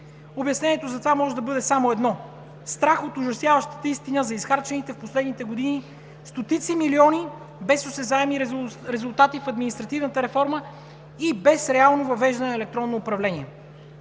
Обяснението за това може да бъде само едно – страх от ужасяващата истина за изхарчените в последните години стотици милиони без осезаеми резултати в административната реформа и без реално въвеждане на електронно управление.